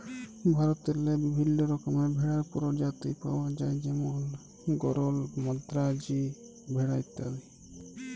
ভারতেল্লে বিভিল্ল্য রকমের ভেড়ার পরজাতি পাউয়া যায় যেমল গরল, মাদ্রাজি ভেড়া ইত্যাদি